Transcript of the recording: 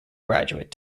graduate